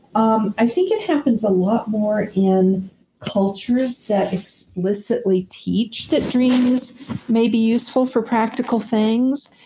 um i think it happens a lot more in cultures that explicitly teach that dreams may be useful for practical things,